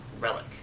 relic